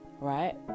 right